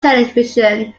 television